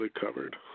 covered